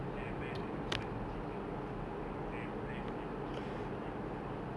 ya I buy like how much ah six hundred plus dollar then I buy with that game the Diablo three